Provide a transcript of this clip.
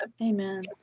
Amen